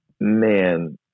man